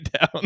down